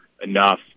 enough